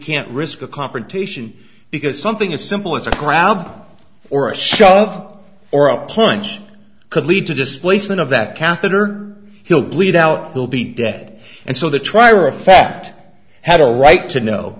can't risk a confrontation because something as simple as a grab or a shove or a punch could lead to displacement of that catheter he'll bleed out will be dead and so the trier of fact had a right to know